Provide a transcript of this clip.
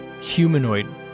humanoid